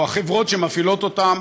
או החברות שמפעילות אותם,